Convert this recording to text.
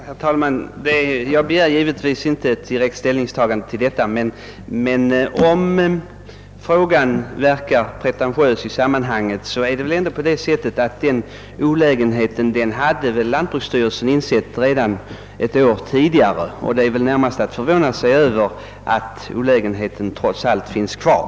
Herr talman! Jag begär givetvis inte ett direkt ställningstagande till detta, men om min fråga verkar pretentiös i sammanhanget vill jag säga att det väl ändå är på det sättet, att lantbrukssty relsen hade insett denna olägenhet redan ett år tidigare, varför det närmast är förvånande att olägenheten trots allt finns kvar.